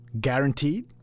Guaranteed